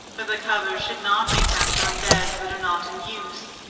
but the covers should not be kept on beds that are not in use,